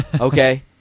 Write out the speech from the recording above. Okay